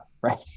right